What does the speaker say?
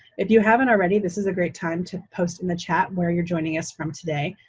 if you haven't already, this is a great time to post in the chat where you're joining us from today,